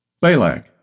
Balak